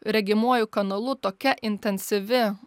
regimuoju kanalu tokia intensyvi